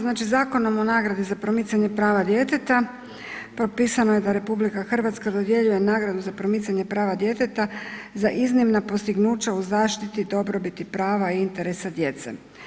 Znači Zakonom o nagradi za promicanje prava djeteta potpisano je da RH dodjeljuje nagradu za promicanje prava djeteta za iznimna postignuća u zaštiti dobrobiti prava i interesa djece.